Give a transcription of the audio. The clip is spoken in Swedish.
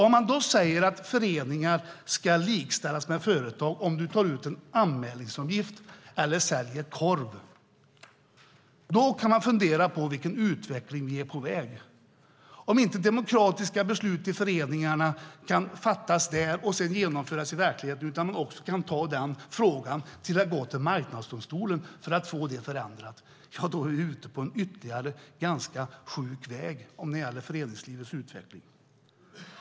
Om man säger att föreningar ska likställas med företag om du tar ut en anmälningsavgift eller säljer korv kan man fundera på vart utvecklingen är på väg. Om inte demokratiska beslut kan fattas i föreningarna och genomföras i verkligheten utan man går till Marknadsdomstolen för att få det förändrat är vi inne på en ganska sjuk väg för föreningslivets utveckling.